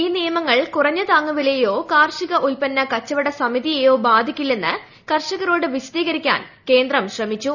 ഈ നിയമങ്ങൾ കുറഞ്ഞ താങ്ങുവിലയെയോ കാർഷിക ഉത്പന്ന കച്ചവട സമിതിയെയോ ബാധിക്കില്ലെന്ന് കർഷകരോട് വിശദീകരിക്കാൻ കേന്ദ്രം ശ്രമിച്ചു